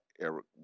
Eric